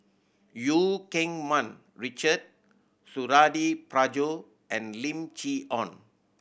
Eu Keng Mun Richard Suradi Parjo and Lim Chee Onn